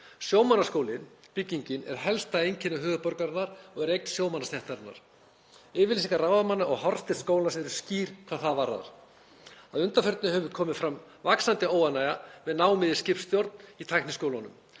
Sjómannaskólinn, byggingin, er helsta einkenni höfuðborgarinnar og er eign sjómannastéttarinnar. Yfirlýsingar ráðamanna og hornsteinn skólans er skýr hvað það varðar. Að undanförnu hefur komið fram vaxandi óánægja með nám í skipstjórn í Tækniskólanum